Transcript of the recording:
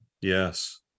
Yes